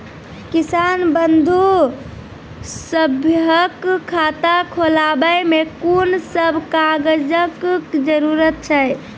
किसान बंधु सभहक खाता खोलाबै मे कून सभ कागजक जरूरत छै?